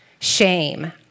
shame